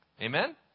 Amen